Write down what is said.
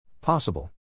Possible